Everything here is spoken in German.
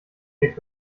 klickt